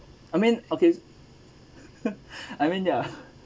I mean okay I mean ya